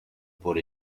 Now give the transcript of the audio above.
por